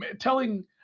telling